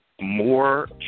More